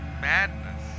madness